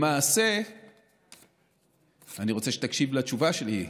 אני רוצה שתקשיב לתשובה שלי,